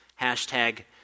Hashtag